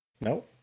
No